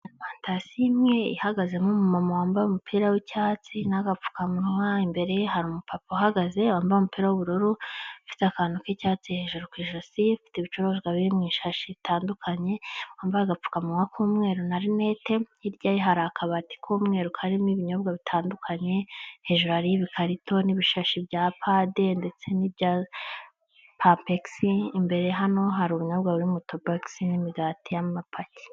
Arimantasiyo imwe ihagazemo umumama wambaye umupira w'icyatsi n'agapfukamunwa, imbere ye hari umupapa uhagaze, wambaye umupira w'ubururu, ufite akantu k'icyatsi hejuru ku ijosi, ufite ibicuruzwa biri mu ishashi bitandukanye, wambaye agapfukamunwa k'umweru na rinete, hirya ye hari akabati k'umweru karimo ibinyobwa bitandukanye, hejuru hariyo ibikarito n'ibishashi bya padi ndetse n'ibya papegisi, imbere hano hari ubunyobwa buri mu tubogisi n'imigati y'amapaki.